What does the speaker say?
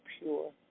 pure